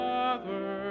Father